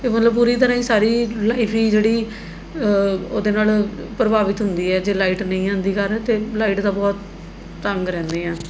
ਅਤੇ ਮਤਲਵ ਪੂਰੀ ਤਰ੍ਹਾਂ ਹੀ ਸਾਰੀ ਲਾਈਫ ਹੀ ਜਿਹੜੀ ਉਹਦੇ ਨਾਲ਼ ਪ੍ਰਭਾਵਿਤ ਹੁੰਦੀ ਹੈ ਜੇ ਲਾਈਟ ਨਹੀਂ ਆਉਂਦੀ ਘਰ ਅਤੇ ਲਾਈਟ ਤਾਂ ਬਹੁਤ ਤੰਗ ਰਹਿੰਦੇ ਹਾਂ